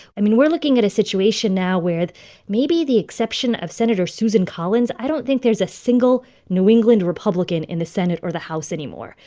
i mean, we're looking at a situation now where, maybe the exception of senator susan collins, i don't think there's a single new england republican in the senate or the house anymore.